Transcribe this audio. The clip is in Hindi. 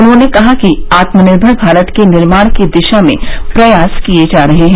उन्होंने कहा कि आत्मनिर्भर भारत के निर्माण की दिशा में प्रयास किए जा रहे हैं